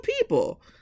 people